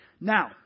Now